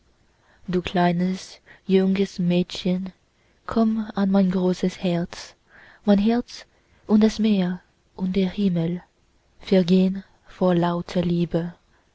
du kleines junges mädchen komm an mein großes herz mein herz und das meer und der himmel vergehn vor lauter liebe